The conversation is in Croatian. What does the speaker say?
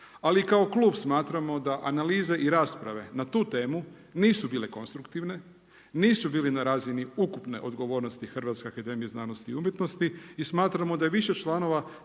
i kao klub smatramo da analize i rasprave na tu temu nisu bile konstruktivne, nisu bile na razini ukupne odgovornosti Hrvatske akademije znanosti i umjetnosti. I smatramo da je više članova